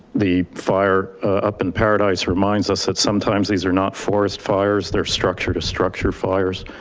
the fire up in paradise reminds us that sometimes these are not forest fires, they're structure to structure fires.